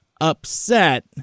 upset